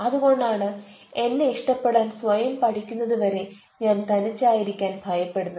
അതുകൊണ്ടാണ് എന്നെ ഇഷ്ടപ്പെടാൻ സ്വയം പഠിക്കുന്നതുവരെ ഞാൻ തനിച്ചായിരിക്കാൻ ഭയപ്പെടുന്നത്